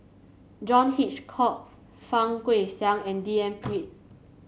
John Hitchcock Fang Guixiang and D N Pritt